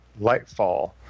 Lightfall